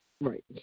Right